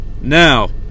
Now